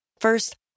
First